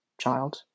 child